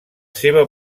seva